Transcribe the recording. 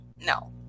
no